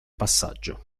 passaggio